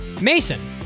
Mason